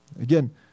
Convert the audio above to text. Again